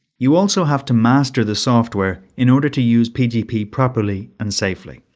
you also have to master the software in order to use pgp properly and safely.